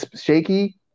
shaky